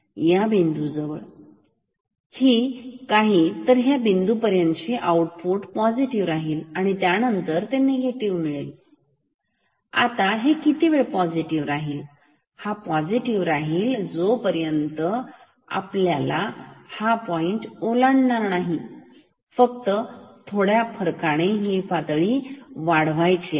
या बिंदू जवळ ही काही तर ह्या बिंदूपर्यंत आउटपुट पॉझिटिव्ह राहील त्यानंतर ते निगेटिव्ह होईल इथे आपल्याला मिळते आता हे किती वेळ पॉझिटिव राहील हा पॉझिटिव्ह राहील जोपर्यंत लोअर ट्रिगर पॉईंट पॉइंट ला ओलांडणार नाही मला फक्त थोड्या फरकाने पातळी वाढवायची आहे